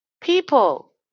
people